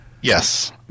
Yes